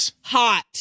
hot